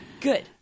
Good